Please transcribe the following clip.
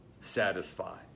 satisfy